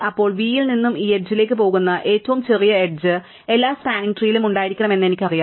അപ്പോൾ v ൽ നിന്ന് ഈ എഡ്ജ് ലേക്ക് പോകുന്ന ഏറ്റവും ചെറിയ എഡ്ജ് എല്ലാ സ്പാനിങ് ട്രീലും ഉണ്ടായിരിക്കണമെന്ന് എനിക്കറിയാം